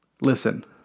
listen